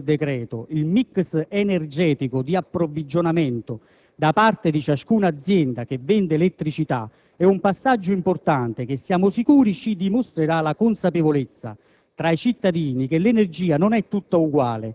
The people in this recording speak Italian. L'obbligo di rendere noto, come previsto nel decreto, il *mix* energetico di approvvigionamento da parte di ciascuna azienda che vende elettricità è un passaggio importante che, siamo sicuri, ci dimostrerà la consapevolezza